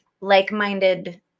like-minded